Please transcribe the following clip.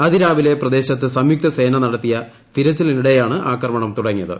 അതിരാവിലെ പ്രദേശത്ത് സംയുക്ത സേന നടത്തിയ തിരച്ചിലിനിടെയാണ് ആക്രമണം തുടങ്ങിയത്